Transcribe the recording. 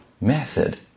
method